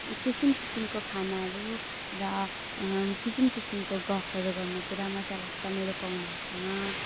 किसिम किसिमको खानाहरू र किसिम किसिमको गफहरू गर्नु पुरा मजा लाग्छ मेरो पाहुनाहरूसँग